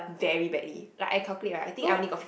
very badly like I calculate right I think I only got f~